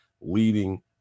leading